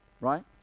right